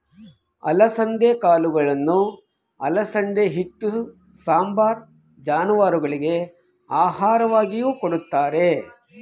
ಅಲಸಂದೆ ಕಾಳುಗಳನ್ನು ಅಲಸಂದೆ ಹಿಟ್ಟು, ಸಾಂಬಾರ್, ಜಾನುವಾರುಗಳಿಗೆ ಆಹಾರವಾಗಿಯೂ ಕೊಡುತ್ತಾರೆ